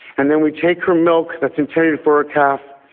and then we take her milk that's intended for a calf.